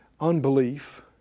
unbelief